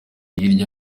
hirya